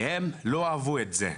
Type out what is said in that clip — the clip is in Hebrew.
והם לא אהבו את זה.